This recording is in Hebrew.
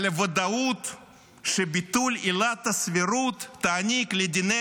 על הוודאות שביטול עילת הסבירות תעניק לדיני